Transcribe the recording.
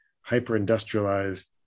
hyper-industrialized